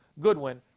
Goodwin